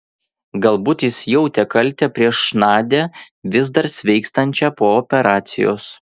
galbūt jis jautė kaltę prieš nadią vis dar sveikstančią po operacijos